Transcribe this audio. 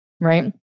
right